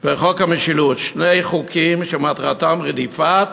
וחוק המשילות, שני חוקים שמטרתם רדיפת